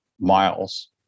miles